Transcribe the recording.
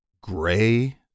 gray